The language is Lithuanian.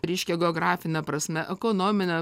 reiškia geografine prasme ekonomine